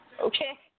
Okay